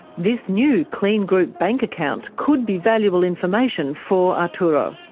this new kleen group bank account could be valuable information for arturo.